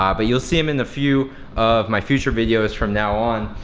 ah but you'll see him in a few of my future videos from now on.